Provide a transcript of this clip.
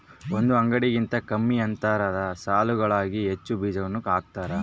ಒಂದು ಅಡಿಗಿಂತ ಕಮ್ಮಿ ಅಂತರದ ಸಾಲುಗಳಾಗ ಹೆಚ್ಚು ಬೀಜಗಳನ್ನು ಹಾಕ್ತಾರ